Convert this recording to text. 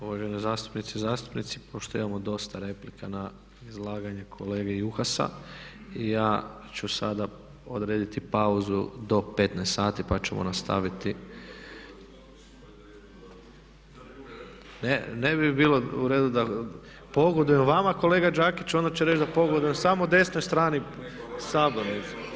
Uvažene zastupnice i zastupnici, pošto imamo dosta replika na izlaganje kolega Juhasa, ja ću sada odrediti pauzu do 15 sati pa ćemo nastaviti. … [[Upadica se ne razumije.]] Ne bi bilo u redu pogodujem vama kolega Đakiću, onda će reći da pogodujem samo desnoj strani sabornice.